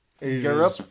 europe